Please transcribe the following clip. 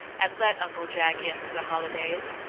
and let uncle jack in for the holidays.